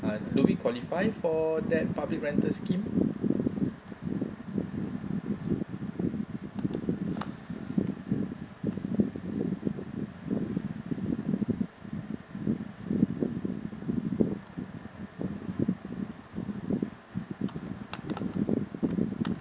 uh do we qualify for that public rental scheme